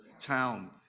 town